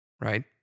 right